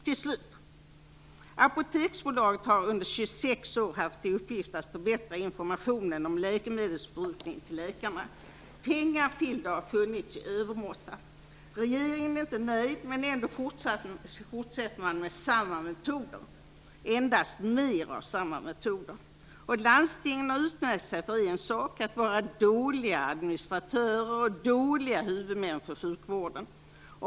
Till slut: Apoteksbolaget har under 26 år haft till uppgift att förbättra informationen om läkemedelsförbrukningen till läkarna. Pengar till det har funnits i övermått. Regeringen är inte nöjd men fortsätter ändå med samma metoder - endast mer av samma metoder. Landstingen har utmärkt sig för en sak, nämligen att vara dåliga administratörer och dåliga huvudmän för sjukvården.